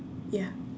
ya